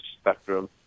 spectrum